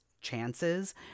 chances